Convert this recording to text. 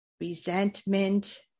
resentment